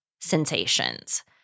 sensations